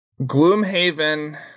Gloomhaven